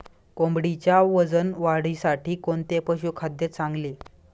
कोंबडीच्या वजन वाढीसाठी कोणते पशुखाद्य चांगले?